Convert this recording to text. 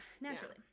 naturally